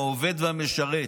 העובד והמשרת,